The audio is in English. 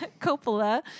Coppola